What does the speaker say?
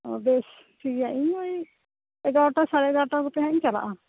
ᱚᱻ ᱵᱮᱥ ᱴᱷᱤᱠ ᱜᱮᱭᱟ ᱤᱧ ᱳᱭ ᱮᱜᱟᱨᱚᱴᱟ ᱥᱟᱲᱮ ᱮᱜᱟᱨᱚᱴᱟ ᱠᱚᱛᱮ ᱱᱟᱦᱟᱜ ᱤᱧ ᱪᱟᱞᱟᱜᱼᱟ